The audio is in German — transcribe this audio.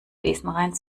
besenrein